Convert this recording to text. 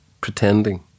pretending